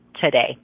today